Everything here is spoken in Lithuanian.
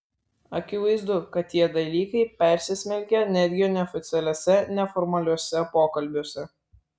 akivaizdu kad tie dalykai persismelkia netgi neoficialiuose neformaliuose pokalbiuose